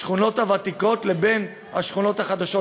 השכונות הוותיקות לבין השכונות החדשות,